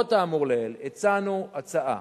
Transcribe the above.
למרות האמור לעיל, הצענו הצעה,